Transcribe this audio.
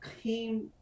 came